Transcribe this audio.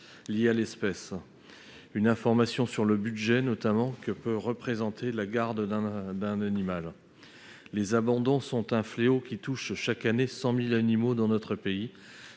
de l'espèce, une information sur le budget que peut représenter la garde d'un animal. Les abandons sont un fléau qui touche chaque année 100 000 animaux dans notre pays.